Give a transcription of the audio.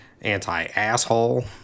anti-asshole